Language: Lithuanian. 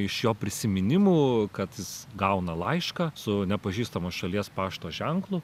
iš jo prisiminimų kad jis gauna laišką su nepažįstamos šalies pašto ženklu